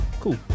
cool